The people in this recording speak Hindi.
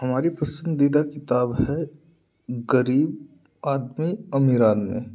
हमारी पसंदीदा किताब है गरीब आदमी अमीर आदमी